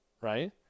right